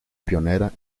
pionera